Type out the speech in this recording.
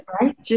right